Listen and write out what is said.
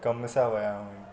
कम सां विया हूंदई